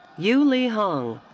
youlee hong.